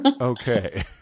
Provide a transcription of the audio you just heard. Okay